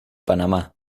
panamá